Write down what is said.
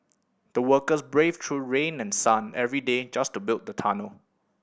the workers braved through sun and rain every day just to build the tunnel